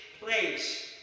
place